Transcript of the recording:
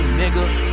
nigga